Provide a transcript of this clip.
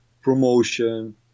promotion